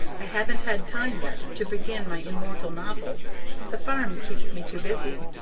i haven't had time yet to begin my immortal novel the farm keeps me too busy.